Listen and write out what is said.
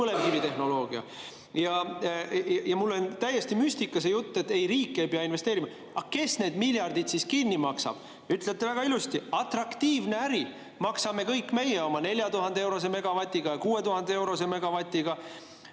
põlevkivitehnoloogia. Mulle on täiesti müstika see jutt, et ei, riik ei pea investeerima. Aga kes need miljardid siis kinni maksab? Te ütlete väga ilusti: atraktiivne äri. Maksame kinni kõik meie ja oma 4000‑eurose megavatiga või 6000‑eurose megavatiga.